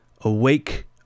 Awake